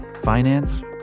Finance